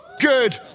good